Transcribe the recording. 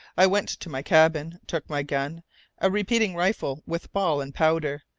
i went to my cabin, took my gun a repeating rifle with ball and powder,